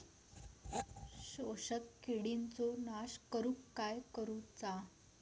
शोषक किडींचो नाश करूक काय करुचा?